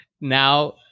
now